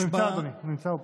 הוא נמצא פה.